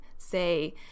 say